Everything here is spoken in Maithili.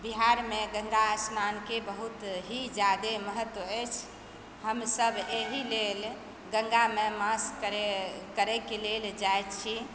बिहारमे गङ्गा स्नानके बहुत ही जादा महत्त्व अछि हमसब एहि लेल गङ्गामे मास करै करै कए लेल जाइत छी